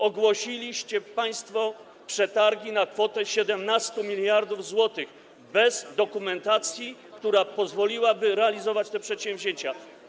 Ogłosiliście państwo przetargi na kwotę 17 mld zł bez dokumentacji, która pozwoliłaby realizować te przedsięwzięcia.